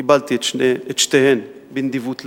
קיבלתי את שתיהן בנדיבות לב.